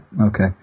okay